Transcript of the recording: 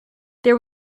there